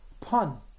pun